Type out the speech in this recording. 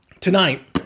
Tonight